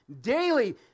daily